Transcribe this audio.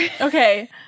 Okay